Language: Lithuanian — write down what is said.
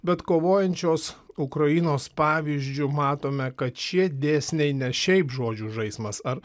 bet kovojančios ukrainos pavyzdžiu matome kad šie dėsniai ne šiaip žodžių žaismas ar